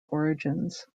origins